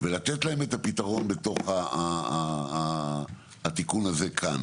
ולתת להם את הפתרון בתוך התיקון הזה כאן